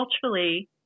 culturally